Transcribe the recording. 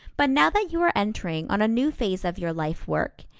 but now that you are entering on a new phase of your life work,